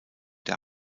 der